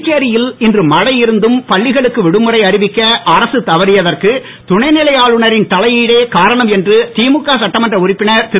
புதுச்சேரியில் இன்று மழை இருந்தும் பள்ளிகளுக்கு விடுமுறை அறிவிக்க அரசு தவறியதற்கு துணைநிலை ஆளுநரின் தலையீடே காரணம் என்று திமுக சட்டமன்ற உறுப்பினர் திரு